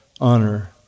honor